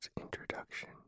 introduction